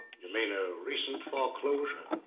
you mean a recent foreclosure?